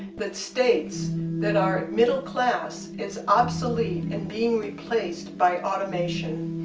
that states that our middle class is obsolete and being replaced by automation.